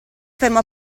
fermò